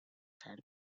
serp